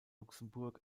luxemburg